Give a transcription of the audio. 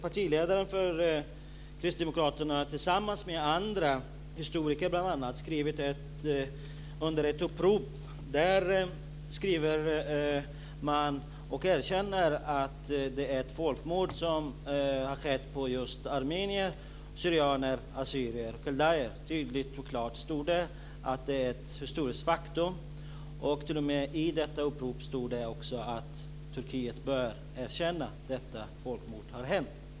Partiledaren för Kristdemokraterna, Alf Svensson, har tillsammans med bl.a. historiker skrivit under ett upprop där man erkänner att det har skett ett folkmord på armenier, syrianer, assyrier och kaldéer. Det stod klart och tydligt att det var ett historiskt faktum och att Turkiet bör erkänna att detta folkmord har skett.